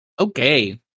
Okay